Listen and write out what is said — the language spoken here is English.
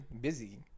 Busy